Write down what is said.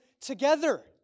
together